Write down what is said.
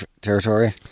territory